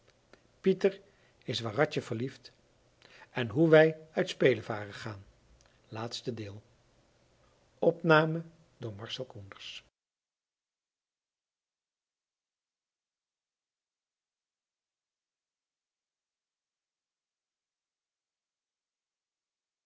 is waaratje verliefd en hoe wij uit spelevaren gaan